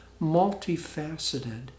multifaceted